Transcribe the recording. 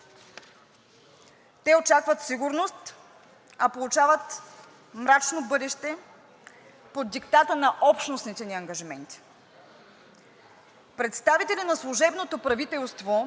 Те очакват сигурност, а получават мрачно бъдеще под диктата на общностните ни ангажименти. Представители на служебното правителство